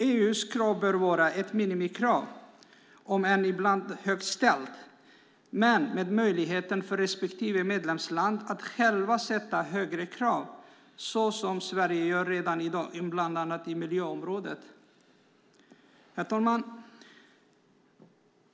EU:s krav bör vara ett minimikrav - om än ibland högt ställt - men med möjlighet för respektive medlemsland att självt ställa högre krav, precis som Sverige redan i dag bland annat på miljöområdet gör. Herr talman!